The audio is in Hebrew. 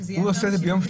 שזה יותר מ-72 שעות.